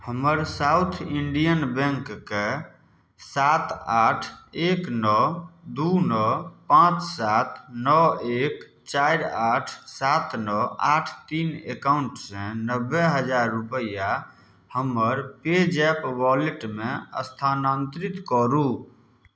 हमर South Indian बैंकके सात आठ एक नओ दू नओ पांँच सात नओ एक चारि आठ सात नओ आठ तीन एकाउन्ट से नबे हजार रुपैआ हमर पे जैप वैलेटमे स्थानांतरित करू